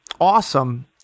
awesome